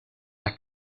las